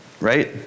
right